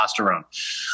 testosterone